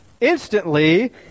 Instantly